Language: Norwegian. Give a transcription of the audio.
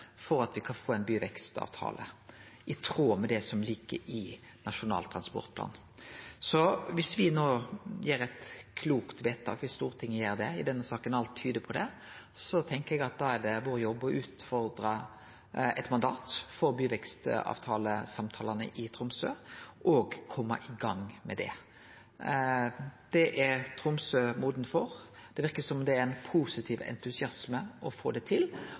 for at me kan få ein byvekstavtale, i tråd med det som ligg i Nasjonal transportplan. Dersom Stortinget no gjer eit klokt vedtak i denne saka, og alt tyder på det, tenkjer eg at da er det jobben vår å utforme eit mandat for byvekstavtalesamtalane i Tromsø og kome i gang med det. Det er Tromsø moden for. Det verkar som det er ein positiv entusiasme for å få det til,